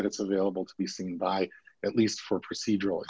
that it's available to be seen by at least for procedural